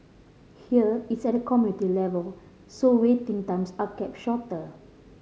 here it's at a community level so waiting times are kept shorter